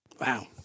Wow